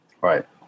Right